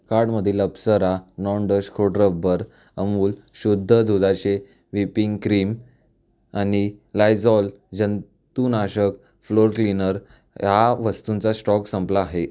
कार्टमधील अप्सरा नॉनडस्ट खोडरबर अमूल शुद्ध दुधाचे विपिंग क्रीम आणि लायझॉल जंतूनाशक फ्लोअर क्लीनर या वस्तूंचा स्टॉक संपला आहे